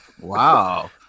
Wow